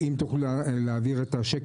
(הצגת מצגת)